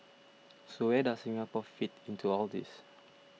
so where does Singapore fit into all this